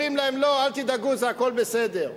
אומרים להם: לא, אל תדאגו הכול בסדר.